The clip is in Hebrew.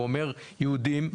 הוא אומר: יהודים,